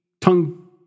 tongue